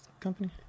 company